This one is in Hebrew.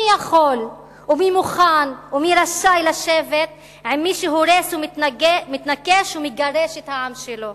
מי יכול ומי מוכן ומי רשאי לשבת עם מי שהורס ומתנקש ומגרש את העם שלו?